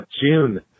June